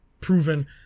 proven